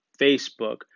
Facebook